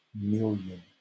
million